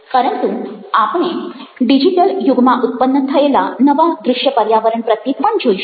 પરંતુ આપણે ડિજિટલ યુગમાં ઉત્પન્ન થયેલા નવા દ્રશ્ય પર્યાવરણ પ્રત્યે પણ જોઈશું